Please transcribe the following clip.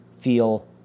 feel